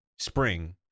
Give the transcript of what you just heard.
Spring